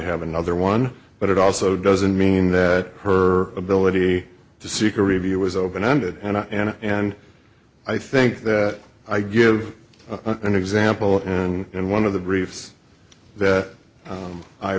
have another one but it also doesn't mean that her ability to seek a review was open ended and and and i think that i give an example and one of the briefs that